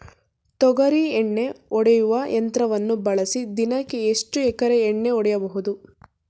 ತೊಗರಿ ಎಣ್ಣೆ ಹೊಡೆಯುವ ಯಂತ್ರವನ್ನು ಬಳಸಿ ದಿನಕ್ಕೆ ಎಷ್ಟು ಎಕರೆ ಎಣ್ಣೆ ಹೊಡೆಯಬಹುದು?